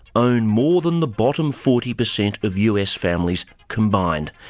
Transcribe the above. own more than the bottom forty percent of us families combined,